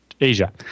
Asia